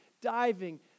diving